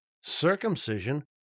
Circumcision